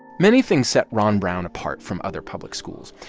many things set ron brown apart from other public schools.